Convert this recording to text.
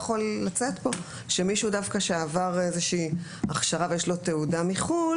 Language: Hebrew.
יכול לצאת פה שדווקא מישהו שעבר איזו שהיא הכשרה ויש לו תעודה מחו"ל